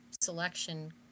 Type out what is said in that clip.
selection